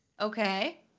okay